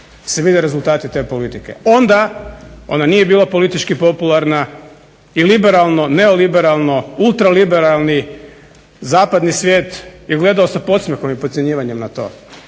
se vide rezultati te politike. Onda ona nije bila politički popularna i liberalno, neoliberalno, ultraliberalni zapadni svijet je gledao sa podsmjehom i podcjenjivanjem na to.